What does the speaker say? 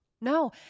no